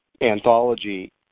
anthology